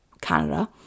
Canada